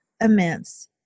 immense